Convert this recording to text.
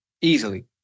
easily